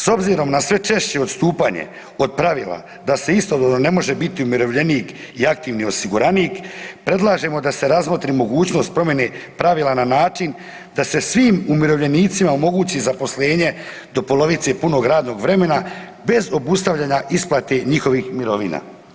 S obzirom na sve češće odstupanje od pravila da se istodobno ne može biti umirovljenik i aktivni osiguranik predlažemo da se razmotri mogućnost promjene pravila na način da se svim umirovljenicima omogući zaposlenje do polovice punog radnog vremena bez obustavljanja isplate njihovih mirovina.